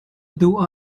duh